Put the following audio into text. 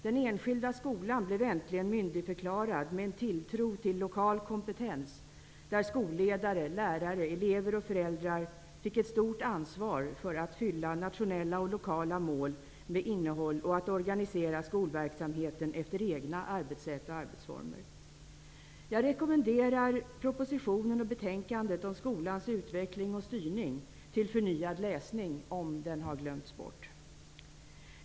Den enskilda skolan blev äntligen myndigförklarad med en tilltro till lokal kompetens, där skolledare, lärare, elever och föräldrar fick ett stort ansvar för att fylla nationella och lokala mål med innehåll och för att organisera skolverksamheten efter egna arbetssätt och arbetsformer. Jag rekommenderar propositionen och betänkandet om skolans utveckling och styrning till förnyad läsning, om den har glömts bort.